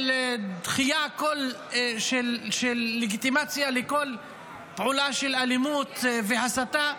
של דחיית כל לגיטימציה לכל פעולה של אלימות והסתה,